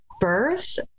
birth